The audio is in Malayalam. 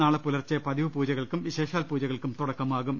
നാളെ പുലർച്ചെ പതിവ് പൂജകൾക്കും വിശേഷാൽ പൂജകൾക്കും തുടക്കമാകും